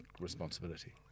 responsibility